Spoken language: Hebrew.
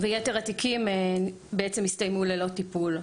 ויתר התיקים בעצם הסתיימו ללא טיפול,